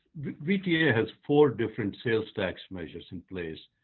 vta has four different sales tax measures in place.